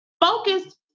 focus